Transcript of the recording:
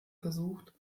versucht